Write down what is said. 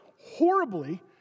horribly